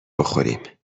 بخوریم